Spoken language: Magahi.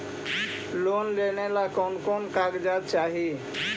लोन लेने ला कोन कोन कागजात चाही?